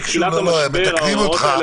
מתקנים אותך,